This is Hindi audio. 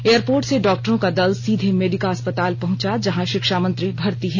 एयरपोर्ट से डॉक्टरों का दल सीधे मेडिका अस्पताल पहुंचा जहां शिक्षा मंत्री भर्ती हैं